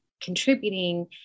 contributing